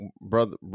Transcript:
brother